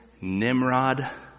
Nimrod